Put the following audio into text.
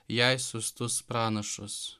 jai siųstus pranašus